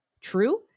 true